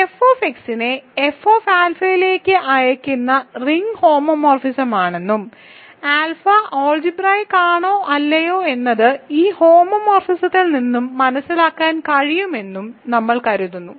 Fx നെ Fα യിലേക്ക് അയയ്ക്കുന്ന റിംഗ് ഹോമോമോർഫിസം ആണെന്നും ആൽഫ ആൾജിബ്രായിക്ക് ആണോ അല്ലയോ എന്നത് ഈ ഹോമോമോർഫിസത്തിൽ നിന്ന് മനസ്സിലാക്കാൻ കഴിയുമെന്നും നമ്മൾ കരുതുന്നു